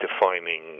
defining